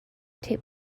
tape